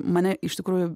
mane iš tikrųjų